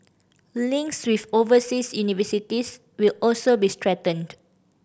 links with overseas universities will also be strengthened